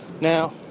now